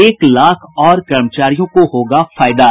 एक लाख और कर्मचारियों को होगा फायदा